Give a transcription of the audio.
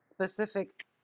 specific